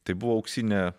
tai buvo auksinė